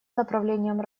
направлением